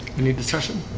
you need to session